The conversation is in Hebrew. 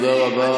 תודה.